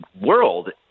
world